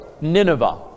Nineveh